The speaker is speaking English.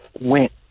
went